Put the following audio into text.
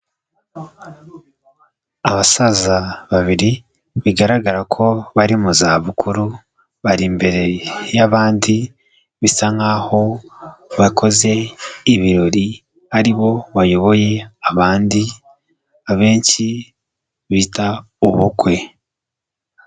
Abasaza babiri bigaragara ko bari mu zabukuru, bari imbere y'abandi bisa nkaho bakoze ibirori, ari bo bayoboye abandi abenshi bita ubukwe.